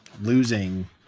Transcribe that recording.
losing